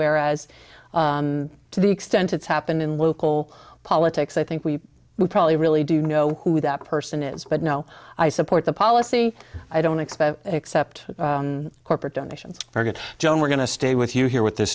whereas to the extent it's happened in local politics i think we probably really do know who that person is but no i support the policy i don't expect except on corporate donations for good joan we're going to stay with you here with th